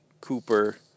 Cooper